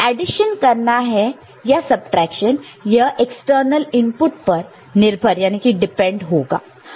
addition करना है या सबट्रैक्शन यह इनपुट पर निर्भर डिपेंड depend होगा